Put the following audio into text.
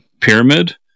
pyramid